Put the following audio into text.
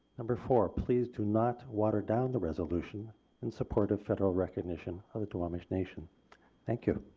number four. please do not watered down the resolution in support of federal recognition of the duwamish nation thank you.